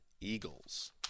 Eagles